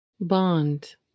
Bond